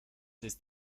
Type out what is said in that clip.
ist